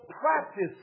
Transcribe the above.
practice